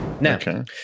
Now